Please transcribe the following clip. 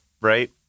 right